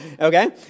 Okay